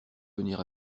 venir